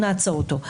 נעצור אותו.